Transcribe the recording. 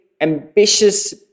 ambitious